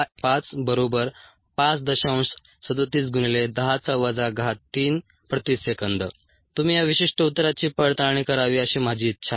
37 ×10 3 s 1 तुम्ही या विशिष्ट उत्तराची पडताळणी करावी अशी माझी इच्छा आहे